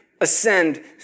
ascend